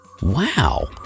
Wow